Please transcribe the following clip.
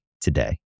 today